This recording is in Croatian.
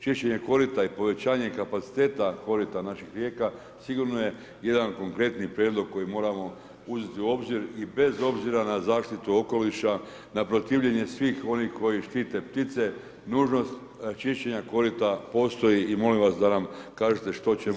Čišćenje korita i povećanje kapaciteta korita naših rijeka sigurno je jedan konkretniji prijedlog koji moramo uzeti u obzir i bez obzira na zaštitu okoliša, na protivljenje svih onih koji štite ptice nužnost čišćenja korita postoji i molim vas da nam kažete što [[Upadica: Zahvaljujem kolega Đakić.]] ćemo